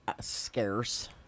scarce